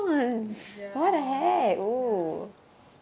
ya ya